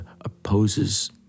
opposes